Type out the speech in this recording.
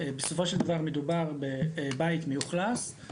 בסופו של דבר מדובר בבית מאוכלס.